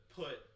put